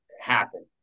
happen